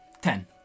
Ten